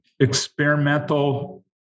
experimental